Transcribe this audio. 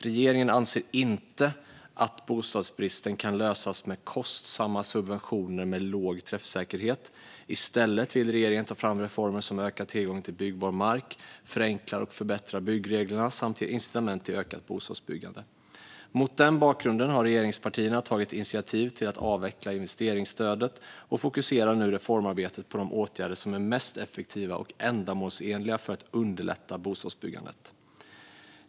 Regeringen anser inte att bostadsbristen kan lösas med kostsamma subventioner med låg träffsäkerhet. I stället vill regeringen ta fram reformer som ökar tillgången till byggbar mark, förenklar och förbättrar byggreglerna samt ger incitament till ökat bostadsbyggande. Mot den bakgrunden har regeringspartierna tagit initiativ till att avveckla investeringsstödet och fokuserar nu reformarbetet på de åtgärder som är mest effektiva och ändamålsenliga för att underlätta bostadsbyggandet.